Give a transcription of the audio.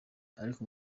ariko